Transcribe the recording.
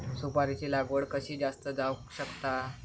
सुपारीची लागवड कशी जास्त जावक शकता?